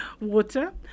water